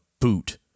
boot